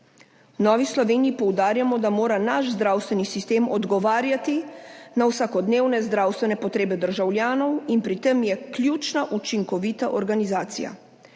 Novi Sloveniji poudarjamo, da mora naš zdravstveni sistem odgovarjati na vsakodnevne zdravstvene potrebe državljanov in pri tem je ključna učinkovita organizacija.